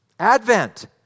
Advent